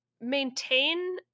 maintain